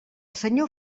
senyor